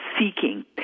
seeking